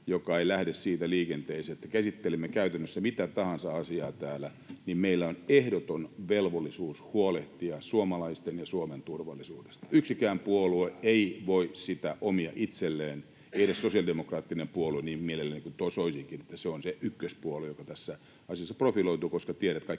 joka ei lähde siitä liikenteeseen, että käsittelemme käytännössä mitä tahansa asiaa täällä, niin meillä on ehdoton velvollisuus huolehtia suomalaisten ja Suomen turvallisuudesta. [Sheikki Laakso: Äsken 16 äänesti!] Yksikään puolue ei voi sitä omia itselleen, ei edes sosiaalidemokraattinen puolue — niin mielelläni kuin soisinkin, että se on se ykköspuolue, joka tässä asiassa profiloituu — koska tiedän,